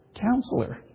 counselor